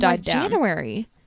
January